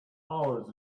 hours